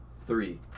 three